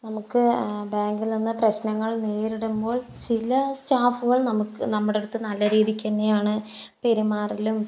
നമുക്ക് ബാങ്കിൽ നിന്ന് പ്രശ്നങ്ങൾ നേരിടുമ്പോൾ ചില സ്റ്റാഫുകൾ നമുക്ക് നമ്മുടെ അടുത്ത് നല്ല രീതിക്ക് തന്നെയാണ് പെരുമാറലും